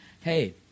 hey